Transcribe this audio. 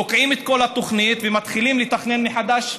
תוקעים את כל התוכנית ומתחילים לתכנן מחדש,